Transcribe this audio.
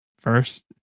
First